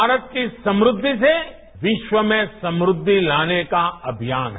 भारत की समृद्धि से विश्व में समृद्धि लाने का अनियान है